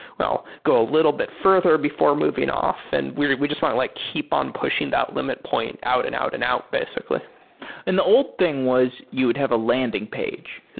well, go a little bit further before moving off. and we we just want to like keep on pushing that limit point out and out and out basically and the old thing was you'd have a landing page,